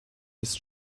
ist